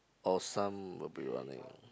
or some will be running